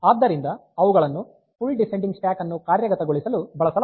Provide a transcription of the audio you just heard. ಆದ್ದರಿಂದ ಅವುಗಳನ್ನು full descending stack ಅನ್ನು ಕಾರ್ಯಗತಗೊಳಿಸಲು ಬಳಸಲಾಗುತ್ತದೆ